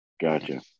gotcha